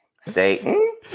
Satan